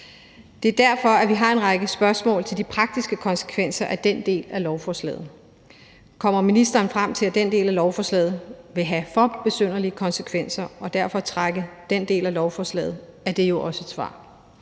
Det er derfor, vi har en række spørgsmål til de praktiske konsekvenser af den del af lovforslaget. Kommer ministeren frem til, at den del af lovforslaget vil have for besynderlige konsekvenser og derfor trækker den del af lovforslaget, er det jo også et svar.